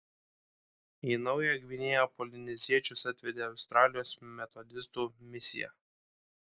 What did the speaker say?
į naująją gvinėją polineziečius atvedė australijos metodistų misija